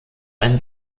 ein